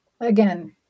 Again